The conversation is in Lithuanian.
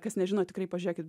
kas nežino tikrai pažiūrėkit